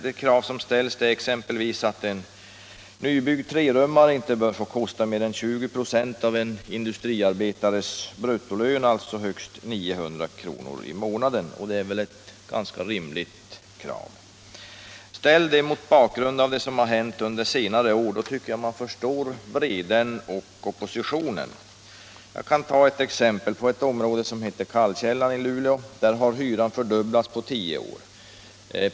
De krav som ställs är exempelvis att en nybyggd trerummare inte bör få kosta mer än 20 26 av en industriarbetares bruttolön, alltså högst 900 kr. i månaden. Det får väl anses vara ett rimligt krav. Ställ det kravet mot bakgrund av det som har hänt på området under senare år! Då förstår man vreden och oppositionen. Jag kan här ta ett exempel från ett område som heter Kallkällan i Luleå. Där har hyran fördubblats på tio år.